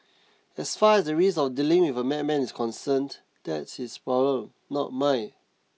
as far as the risk of dealing with a madman is concerned that's his problem not mine